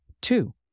Two